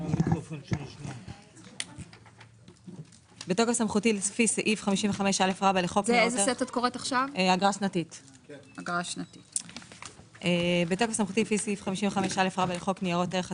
התשכ"ח 1968. רק